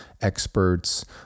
experts